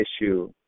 issue